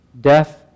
Death